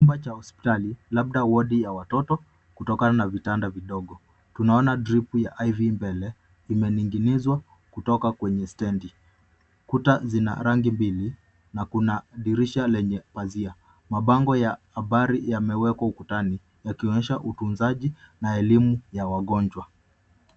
Chumba cha hospitali labda wodi ya watoto kutokana na vitanda vidogo. Tunaona drip ya IV mbele imening'inizwa kutoka kwenye stendi. Kuta zina rangi mbili na kuna dirisha lenye mapazia. Mabango ya habari yamewekwa ukutani yakionyesha utunzaji na elimu ya wagonjwa.